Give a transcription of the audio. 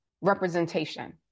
representation